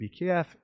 BKF